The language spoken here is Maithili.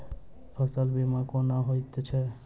फसल बीमा कोना होइत छै?